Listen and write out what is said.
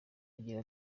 agira